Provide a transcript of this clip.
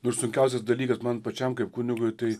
nu ir sunkiausias dalykas man pačiam kaip kunigui tai